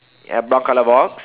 ya brown colour box